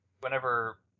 whenever